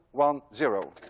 one, zero.